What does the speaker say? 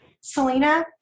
Selena